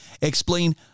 explain